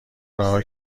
رها